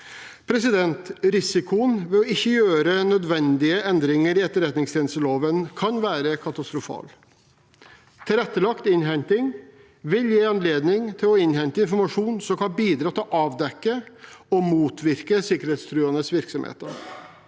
Risikoen ved ikke å gjøre nødvendige endringer i etterretningstjenesteloven kan være katastrofal. Tilrettelagt innhenting vil gi anledning til å innhente informasjon som kan bidra til å avdekke og motvirke sikkerhetstruende virksomheter.